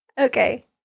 Okay